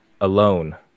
Alone